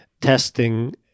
testing